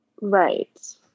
Right